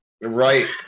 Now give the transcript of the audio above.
Right